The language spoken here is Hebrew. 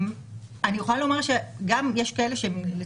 אני יכולה לומר גם שיש אסירים,